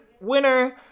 winner